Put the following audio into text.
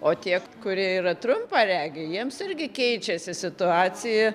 o tie kurie yra trumparegiai jiems irgi keičiasi situacija